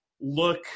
look